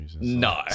No